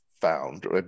found